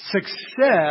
success